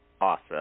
Awesome